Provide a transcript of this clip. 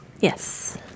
Yes